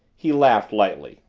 he laughed lightly.